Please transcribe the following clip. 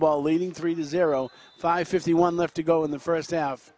ball leaving three to zero five fifty one left to go in the first sout